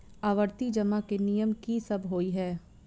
आवर्ती जमा केँ नियम की सब होइ है?